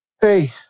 hey